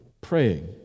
praying